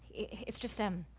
it's just. um.